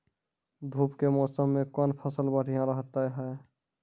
धूप के मौसम मे कौन फसल बढ़िया रहतै हैं?